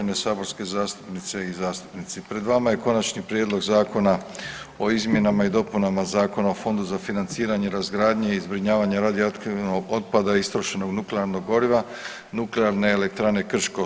uvažene saborske zastupnice i zastupnici pred vama je Konačni prijedlog Zakona o izmjenama i dopunama Zakona o Fondu za financiranje razgradnje i zbrinjavanja radioaktivnog otpada i istrošenog nuklearnog goriva Nuklearne elektrane Krško.